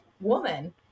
woman